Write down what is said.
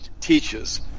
teaches